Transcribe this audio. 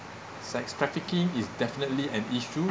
sex trafficking is definitely an issue